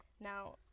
Now